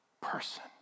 person